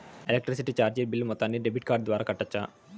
Electricity చార్జీలు bill మొత్తాన్ని debit card ద్వారా కట్టొచ్చా?